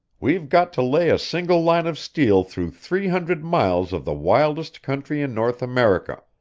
we've got to lay a single line of steel through three hundred miles of the wildest country in north america,